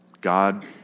God